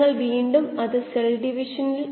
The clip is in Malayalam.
അതിനാൽ നമ്മൾ കോശങ്ങളെ ത്തന്നെ നോക്കുന്നു